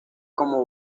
como